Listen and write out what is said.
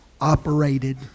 operated